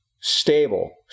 stable